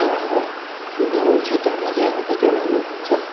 अब हाम्रो गाउँ क्षेत्रमा चाहिँ अब कतिवटा रोग हुन्छ